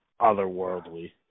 otherworldly